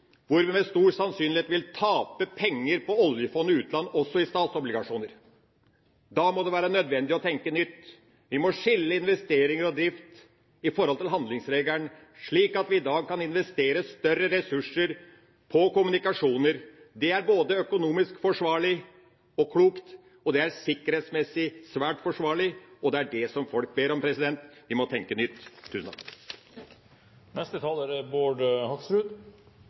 hvor vi med stor sannsynlighet vil tape penger på oljefondet – Statens pensjonsfond utland – også i statsobligasjoner. Da må det være nødvendig å tenke nytt. Vi må skille investeringar og drift i forhold til handlingsregelen, slik at vi i dag kan investere større ressurser på kommunikasjoner. Det er både økonomisk forsvarlig og klokt, og det er sikkerhetsmessig svært forsvarlig. Det er det folk ber om. Vi må tenke nytt. Jeg er nødt til å se to ganger på hvilke partier foregående taler